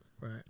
right